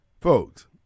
folks